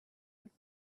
would